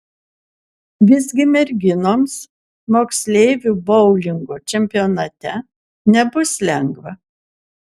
visgi merginoms moksleivių boulingo čempionate nebus lengva